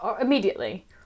immediately